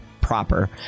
Proper